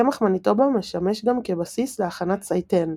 קמח מניטובה משמש גם כבסיס להכנת סייטן,